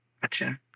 Gotcha